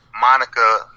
Monica